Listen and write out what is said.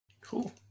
Cool